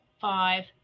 five